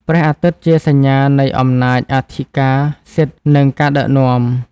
ព្រះអាទិត្យជាសញ្ញានៃអំណាចអធិការសិទ្ធិ និងការដឹកនាំ។